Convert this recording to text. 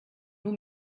nur